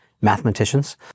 mathematicians